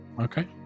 Okay